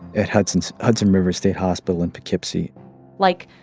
at hudson hudson river state hospital in poughkeepsie like,